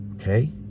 okay